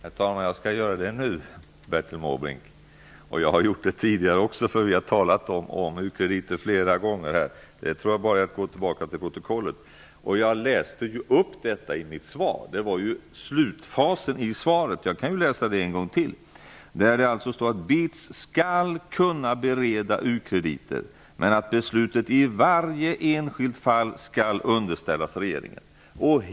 Herr talman! Jag skall göra det nu, Bertil Måbrink, och jag har gjort det tidigare också. Vi har talat om u-krediter flera gånger. Det är bara att gå tillbaka till protokollet. Jag läste upp det i mitt svar. Det var slutfasen i svaret. Jag kan läsa det en gång till. Det står alltså att BITS skall kunna bereda ukrediter, men att beslutet i varje enskilt fall skall underställas regeringen.